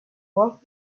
work